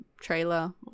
trailer